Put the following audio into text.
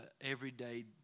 everyday